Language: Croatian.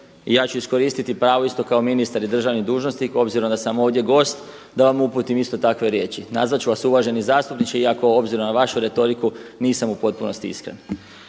I ja ću iskoristiti pravo isto kao ministar i državni dužnosnik obzirom da sam ovdje gost, da vam uputim isto takve riječi. Nazvat ću vas uvaženi zastupniče iako obzirom na vašu retoriku nisam u potpunosti iskren.